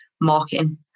Marketing